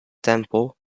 temple